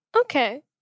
okay